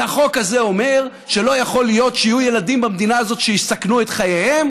והחוק הזה אומר שלא יכול להיות שיהיו ילדים במדינה הזאת שיסכנו את חייהם